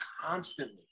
constantly